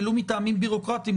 ולו מטעמים בירוקרטיים,